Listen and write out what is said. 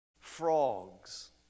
frogs